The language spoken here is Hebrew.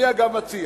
אני, אגב, מציע